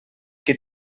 qui